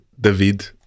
David